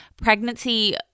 Pregnancy